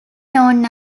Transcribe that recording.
known